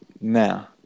Now